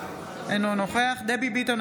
אינו נוכח דבי ביטון,